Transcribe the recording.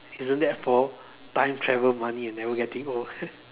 isn't that four time travel money and never getting old